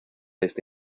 este